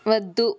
వద్దు